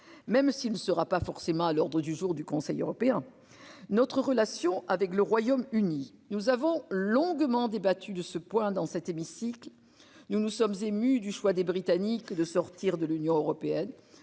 même s'il ne sera pas forcément à l'ordre du jour du Conseil européen. Notre relation avec le Royaume Uni. Nous avons longuement débattu de ce point dans cet hémicycle, nous nous sommes émus du choix des Britanniques de sortir de l'Union européenne.